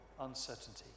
uncertainty